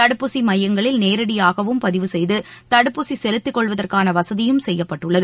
தடுப்பூசி மையங்களில் நேரடியாகவும் பதிவு செய்து தடுப்பூசி செலுத்திக்கொள்வதற்கான வசதி செய்யப்பட்டுள்ளது